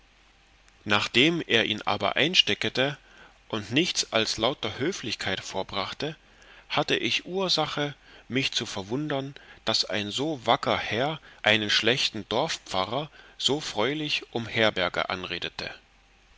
nachdem er ihn aber einsteckte und nichts als lauter höflichkeit vorbrachte hatte ich ursache mich zu verwundern daß ein so wacker herr einen schlechten dorfpfarrer so freundlich um herberge anredete